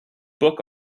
book